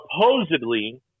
Supposedly